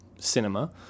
cinema